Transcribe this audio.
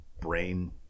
brain